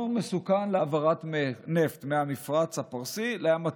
מסוכן להעברת נפט מהמפרץ הפרסי לים התיכון.